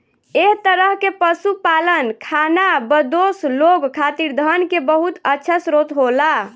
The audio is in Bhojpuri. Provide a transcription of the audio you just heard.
एह तरह के पशुपालन खानाबदोश लोग खातिर धन के बहुत अच्छा स्रोत होला